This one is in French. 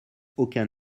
aucun